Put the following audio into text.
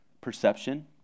Perception